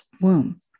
womb